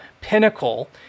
pinnacle